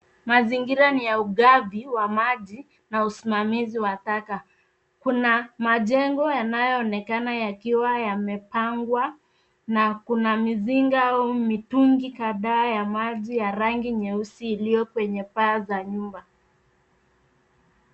Mazingira ni ya ugavi wa maji na usimamizi wa taka. Kuna majengo yanayoonekana yakiwa yamepangwa na kuna mizinga au mitungi kadhaa ya maji ya rangi nyeusi iliyo kwenye paa za nyumba.